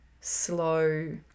slow